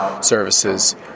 services